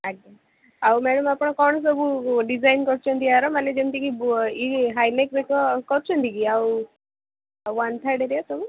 ଆଜ୍ଞା ଆଉ ମ୍ୟାଡ଼ାମ୍ ଆପଣ କ'ଣ ସବୁ ଡିଜାଇନ୍ କରୁଛନ୍ତି ୟାର ମାନେ ଯେମିତି କି ଇ ହାଇଲାଇଟ୍ରେ ତ କରୁଛନ୍ତି କି ଆଉ ୱାନ୍ ଥାର୍ଡ଼ରେ ସବୁ